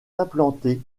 implantées